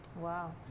Wow